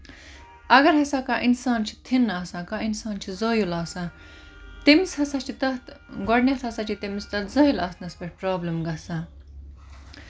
اَگر ہسا کانہہ اِنسان چھُ تھِن آسان کانہہ اِنسان چھُ زٲیُل آسان تٔمِس ہسا چھُ تَتھ گۄڈٕنیتھ ہسا چھُ تٔمِس تَتھ زٲیُل آسنَس پٮ۪ٹھ پروبلِم گژھان